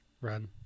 Run